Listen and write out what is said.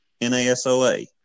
NASOA